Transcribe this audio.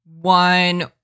one